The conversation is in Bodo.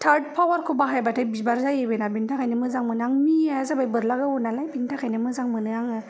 थार्द फावारखौ बाहायब्लासो बिबार जायो बेना बेनि थाखायनो मोजां मोनो आं मियाया जाबाय बोरला गावो नालाय बिनि थाखायनो मोजां मोनो आङो